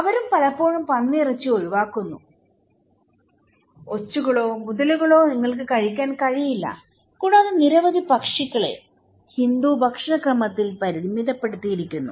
അവരും പലപ്പോഴും പന്നിയിറച്ചി ഒഴിവാക്കുന്നു ഒച്ചുകളോ മുതലകളോ നിങ്ങൾക്ക് കഴിക്കാൻ കഴിയില്ല കൂടാതെ നിരവധി പക്ഷികളെ ഹിന്ദു ഭക്ഷണക്രമത്തിൽ പരിമിതപ്പെടുത്തിയിരിക്കുന്നു